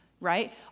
right